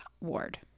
ward